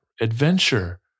Adventure